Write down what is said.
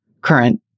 current